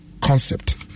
Concept